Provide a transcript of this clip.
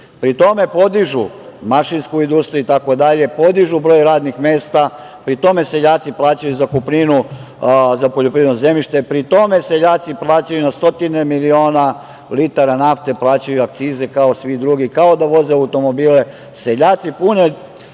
Pri tome, podižu mašinsku industriju, itd, podižu broj radnih mesta, pri tome, seljaci plaćaju zakupninu za poljoprivredno zemljište. Pri tome, seljaci plaćaju na stotine miliona litara nafte, plaćaju akcize kao i svi drugi, kao da voze automobile. Seljaci pune